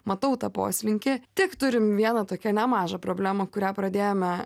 matau tą poslinkį tik turim vieną tokią nemažą problemą kurią pradėjome